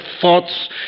thoughts